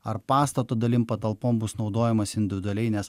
ar pastato dalim patalpom bus naudojamas individualiai nes